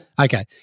Okay